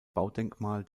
baudenkmal